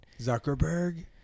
zuckerberg